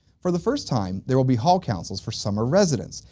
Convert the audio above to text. for the first time, there will be hall councils for summer residents.